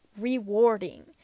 rewarding